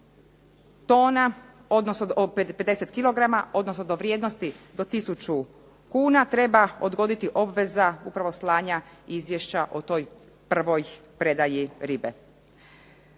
tona, odnosno 50 kg, odnosno do vrijednosti do tisuću kuna treba odgoditi obveza slanja izvješća o toj prvoj predaji ribe.